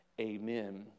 Amen